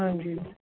ਹਾਂਜੀ